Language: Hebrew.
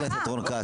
חבר הכנסת רון כץ.